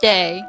Day